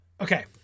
okay